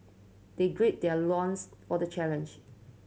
they gird their loins for the challenge